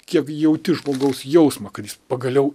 kiek jauti žmogaus jausmą kad jis pagaliau